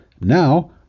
now